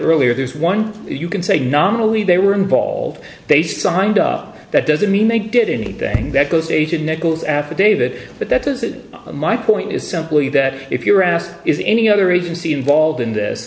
earlier this one you can say nominally they were involved they signed up that doesn't mean they did anything that goes they should nichols affidavit but that is it my point is simply that if you're asked is any other agency involved in this